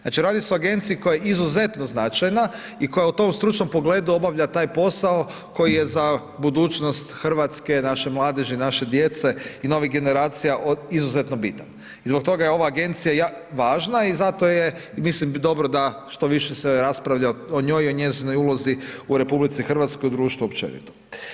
Znači radi se o agenciji koja je izuzetno značajna i koja u tom stručnom pogledu obavlja taj posao, koji je za budućnost Hrvatske, naše mladeži, naše djece, i novih generacija, izuzetno bitan i zbog toga je ova agencija važna i zato je, mislim dobro da što više se raspravlja o njoj i njezinoj ulozi u RH i društvu općenito.